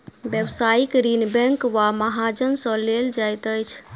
व्यवसायिक ऋण बैंक वा महाजन सॅ लेल जाइत अछि